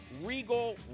Regal